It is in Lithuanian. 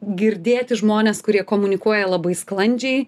girdėti žmones kurie komunikuoja labai sklandžiai